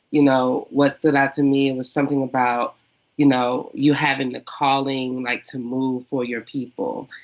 you know, what stood out to me was something about you know you having the calling like to move for your people.